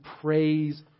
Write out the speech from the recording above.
praise